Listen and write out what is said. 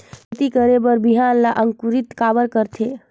खेती करे बर बिहान ला अंकुरित काबर करथे?